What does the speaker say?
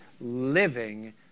living